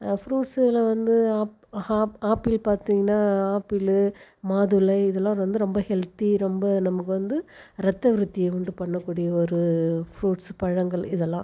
ஃப்ரூட்ஸில் வந்து ஆப்பிள் பார்த்தீங்கனா ஆப்பிளு மாதுளை இதலாம் வந்து ரொம்ப ஹெல்த்தி ரொம்ப நமக்கு வந்து ரத்த விருத்திய உண்டு பண்ணக்கூடிய ஒரு ஃப்ரூட்ஸ் பழங்கள் இதெல்லாம்